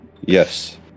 Yes